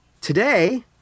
Today